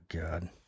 God